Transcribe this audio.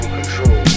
control